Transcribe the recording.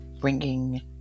bringing